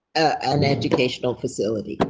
ah and educational facility,